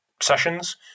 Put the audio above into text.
sessions